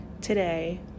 today